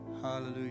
Hallelujah